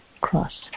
cross